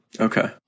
Okay